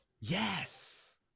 Yes